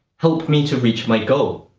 help me to reach my goal?